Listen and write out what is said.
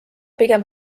pigem